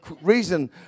reason